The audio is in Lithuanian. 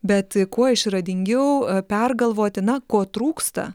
bet kuo išradingiau pergalvoti na ko trūksta